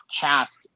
cast